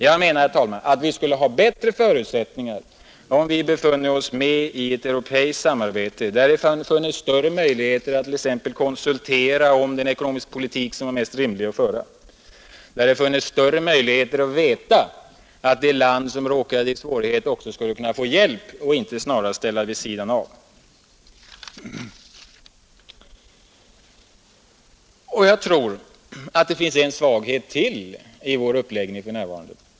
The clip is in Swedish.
Jag menar, herr talman, att vi skulle ha bättre förutsättningar om vi befunne oss med i ett europeiskt samarbete där det funnes större möjligheter att t.ex. konsultera om den ekonomiska politik som är mest rimlig att föra, där det funnes större möjligheter att veta att det land som råkade i svårigheter också skulle kunna få hjälp och inte snarare ställas vid sidan om. Jag tror att det finns en svaghet till i vår uppläggning för närvarande.